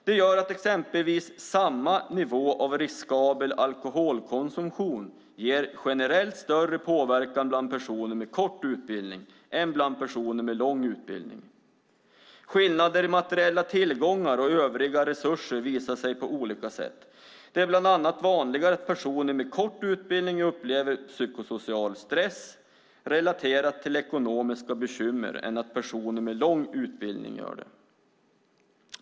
Det gör att exempelvis samma nivå av riskabel alkoholkonsumtion generellt ger större påverkan bland personer med kort utbildning än bland personer med lång utbildning. Skillnader i materiella tillgångar och övriga resurser visar sig på olika sätt. Det är bland annat vanligare att personer med kort utbildning upplever psykosocial stress relaterat till ekonomiska bekymmer än att personer med lång utbildning gör det.